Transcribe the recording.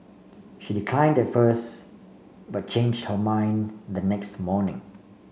she decline at first but change her mind the next morning